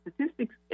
statistics